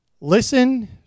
listen